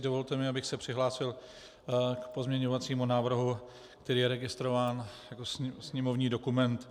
Dovolte mi, abych se přihlásil k pozměňovacímu návrhu, který je registrován jako sněmovní dokument 3680.